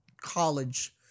college